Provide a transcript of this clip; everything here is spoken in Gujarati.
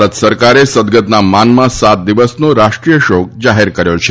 ભારત સરકારે સદગતના માનમાં સાત દિવસનો રાષ્ટ્રીય શોક જાહેર કર્યો છે